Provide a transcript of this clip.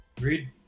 Read